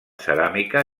ceràmica